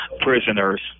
prisoners